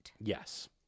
Yes